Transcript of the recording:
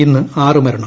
ഇന്ന് ആറ് മരണം